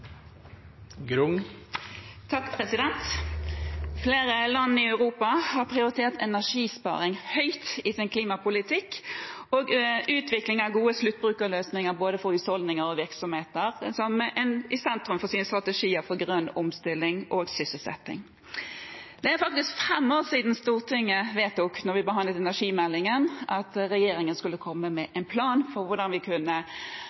land i Europa har prioritert energisparing høyt i sin klimapolitikk og har utvikling av gode sluttbrukerløsninger både for husholdninger og virksomheter i sentrum for sin strategi for grønn omstilling og sysselsetting. Det er fem år siden Stortinget vedtok – da vi behandlet energimeldingen – at regjeringen skulle komme med en plan for hvordan vi kunne